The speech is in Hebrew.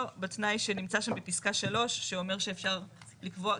בתנאי שנמצא שם בפסקה 3 שאומר שאפשר לקבוע.